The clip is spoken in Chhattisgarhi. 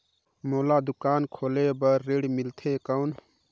मोला दुकान खोले बार ऋण मिलथे कौन?